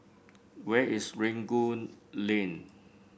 where is Rangoon Lane